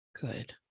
Good